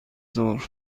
ظهر